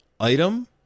Item